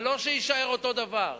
זה לא שיישאר אותו דבר.